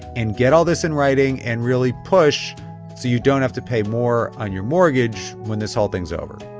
and get all this in writing and really push so you don't have to pay more on your mortgage when this whole thing's over